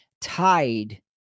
tied